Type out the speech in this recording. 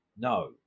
No